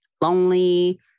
lonely